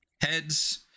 heads